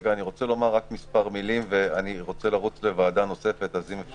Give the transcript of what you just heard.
אני רוצה לומר מספר מילים ולרוץ לוועדה אחרת.